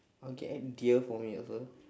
or you can add deer for me also